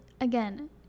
again